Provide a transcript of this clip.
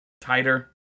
tighter